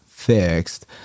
fixed